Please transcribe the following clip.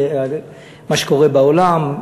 מה שקורה בעולם.